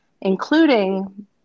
including